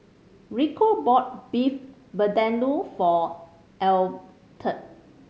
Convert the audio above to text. Rico bought Beef Vindaloo for Elberta